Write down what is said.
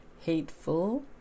hateful